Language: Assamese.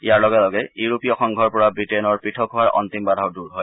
ইয়াৰ লগে লগে ইউৰোপীয় সংঘৰ পৰা বৃটেইনৰ পৃথক হোৱাৰ অন্তিম বাধাণ্ড দূৰ হয়